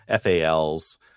FALs